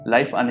Life